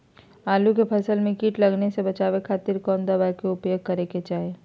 आलू के फसल में कीट लगने से बचावे खातिर कौन दवाई के उपयोग करे के चाही?